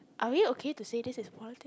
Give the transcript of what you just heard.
are we okay to say this is politic